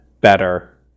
better